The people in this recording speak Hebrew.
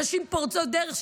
נשים פורצות דרך.